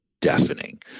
deafening